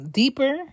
deeper